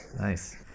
Nice